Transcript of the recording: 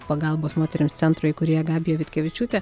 pagalbos moterims centro įkūrėja gabija vitkevičiūtė